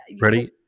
Ready